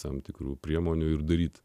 tam tikrų priemonių ir daryti